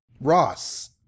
Ross